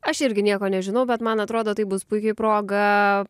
aš irgi nieko nežinau bet man atrodo tai bus puiki proga